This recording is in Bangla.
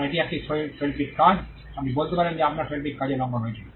কারণ এটি একটি শৈল্পিক কাজ আপনি বলতে পারেন যে আপনার শৈল্পিক কাজের লঙ্ঘন রয়েছে